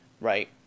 right